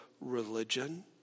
religion